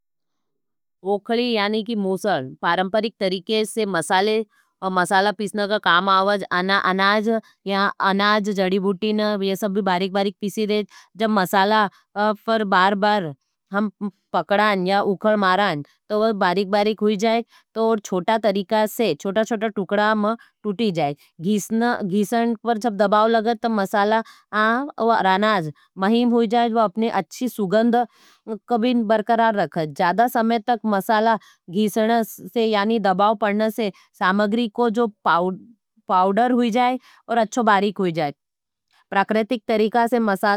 वोखली यानी की मूसल, पारंपरिक तरीके से मसाले, मसाला पीशने का काम आओज अनाज या अनाज जड़ी बुटी न ये सब भी बारीक बारीक पीशी देज़। और छोटा तरीका से छोटा छोटा टुकड़ा में टूटी जाए, घीसान पर जब दबाव लगा तो मसाला महीन होई जाए। उ अपनी अच्छी सुगंध को भी बरकरार रक्खे। बार बार घईसने से सामग्री का अच्छी मसाला होई जाए और बारीक होई जाए प्राकार्तिक तरीका से।